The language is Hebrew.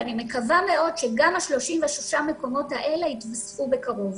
אני מקווה מאוד שגם 36 המקומות האלה יתווספו בקרוב.